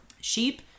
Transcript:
Sheep